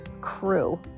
crew